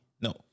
No